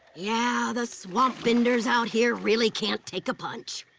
yeah, the swamp benders out here really can't take a punch.